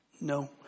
no